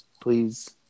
please